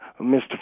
Mr